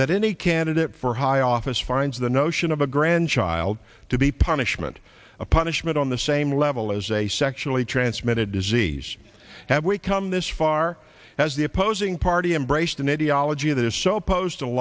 that any candidate for high office finds the notion of a grand child to be punishment a punishment on the same level as a sexually transmitted disease have we come this far has the opposing party embraced